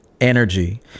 energy